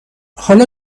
حالا